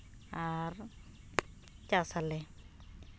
ᱟᱨ ᱪᱟᱥ ᱟᱞᱮ